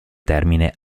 termine